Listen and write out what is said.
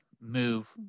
move